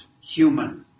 human